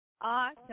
Awesome